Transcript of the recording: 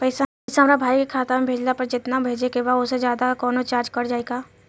पैसा हमरा भाई के खाता मे भेजला पर जेतना भेजे के बा औसे जादे कौनोचार्ज कट जाई का?